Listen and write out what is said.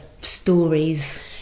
stories